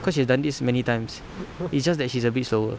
cause she has done this many times it's just that she's a bit slower